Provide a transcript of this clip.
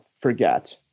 forget